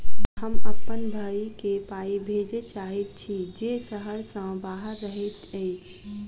हम अप्पन भयई केँ पाई भेजे चाहइत छि जे सहर सँ बाहर रहइत अछि